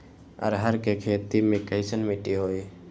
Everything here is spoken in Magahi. अरहर के खेती मे कैसन मिट्टी होइ?